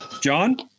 john